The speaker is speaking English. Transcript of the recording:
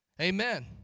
Amen